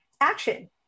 action